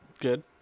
Good